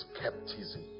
skepticism